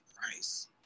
price